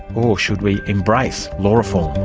or should we embrace law reform?